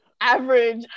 average